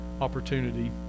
opportunity